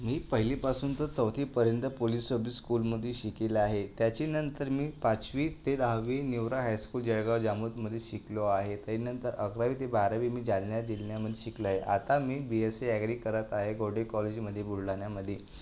मी पहिलीपासून तर चौथीपर्यंत पोलीस सर्व्हिस स्कूलमध्ये शिकेला आहे त्याच्यानंतर मी पाचवी ते दहावी निवरा हायस्कूल जळगाव जामोदमध्ये शिकलो आहे त्याच्यानंतर अकरावी ते बारावी मी जालना जिल्ह्यामध्ये शिकलो आहे आता मी बी एस सी अॅग्री करत आहे गोडे कॉलेजमध्ये बुलढाण्यामध्ये